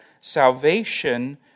Salvation